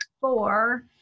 four